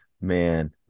Man